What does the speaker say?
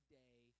day